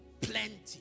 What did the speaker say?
plenty